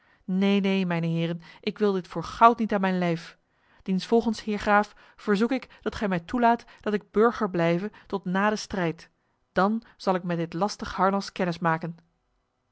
neen neen mijne heren ik wil dit voor goud niet aan mijn lijf diensvolgens heer graaf verzoek ik dat gij mij toelaat dat ik burger blijve tot na de strijd dan zal ik met dit lastig harnas